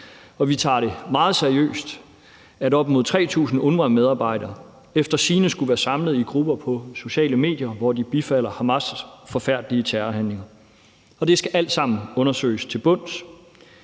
vi tager det meget seriøst, at op imod 3.000 UNRWA-medarbejdere efter sigende skulle være samlet i grupper på sociale medier, hvor de bifalder Hamas' forfærdelige terrorhandling. Det skal alt sammen undersøges til bunds,